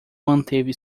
manteve